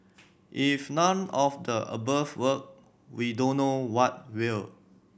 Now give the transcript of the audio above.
if none of the above work we don't know what will